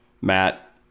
Matt